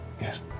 yes